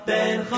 Ben